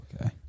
Okay